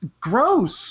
Gross